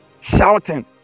Shouting